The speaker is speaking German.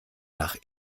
nach